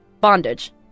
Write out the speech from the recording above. bondage